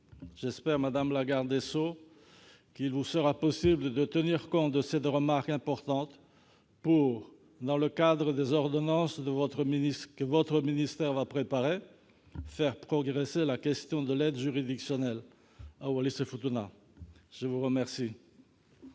J'espère, madame la garde des sceaux, qu'il vous sera possible de tenir compte de cette remarque importante dans le cadre des ordonnances que votre ministère va préparer, afin de faire progresser la question de l'aide juridictionnelle à Wallis-et-Futuna. Je suis saisie